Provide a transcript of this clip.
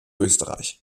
österreich